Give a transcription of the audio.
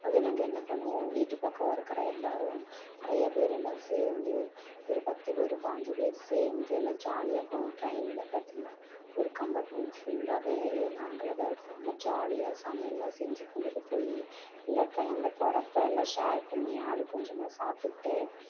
அதே நாங்கள் என்ன பண்ணுவோம் வீடு பக்கம் இருக்கிற எல்லாரும் நிறைய பேர் எல்லாம் சேர்ந்து ஒரு பத்து பேர் பாஞ்சு பேர் சேர்ந்து எல்லாம் ஜாலியாக போவோம் ட்ரெயினில் பார்த்திங்னா ஒரு கம்பார்மெண்ட் ஃபுல்லாகவே நாங்களாகதான் இருப்போம் நல்லா ஜாலியாக சமையல்லாம் செஞ்சு கொண்டுகிட்டு போய் எல்லாம் ட்ரெயினில் போகறப்ப எல்லாம் ஷேர் பண்ணி ஆளுக்கொஞ்சமாக சாப்பிட்டு